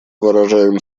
выражаем